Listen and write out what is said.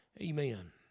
Amen